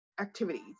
activities